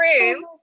room